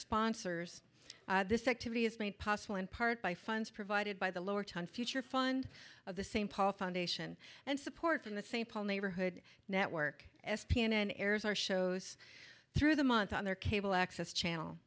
sponsors this activity is made possible in part by funds provided by the lowertown future fund of the same paul foundation and support from the st paul neighborhood network s p n n errors or shows through the month on their cable access channel